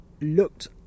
Looked